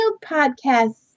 podcasts